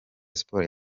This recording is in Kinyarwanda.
sports